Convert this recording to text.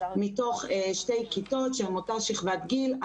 מתוך שתי כיתות שהם מאותה שכבת גיל.